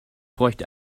bräuchte